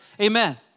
Amen